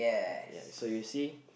uh ya so you see